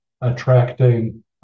attracting